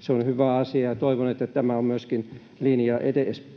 Se on hyvä asia, ja toivon, että tämä on myöskin linja